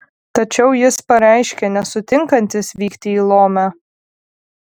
tačiau jis pareiškė nesutinkantis vykti į lomę